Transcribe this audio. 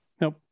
Nope